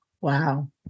Wow